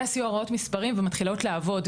הסיוע רואות מספרים ומתחילות לעבוד,